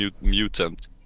mutant